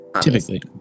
typically